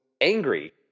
angry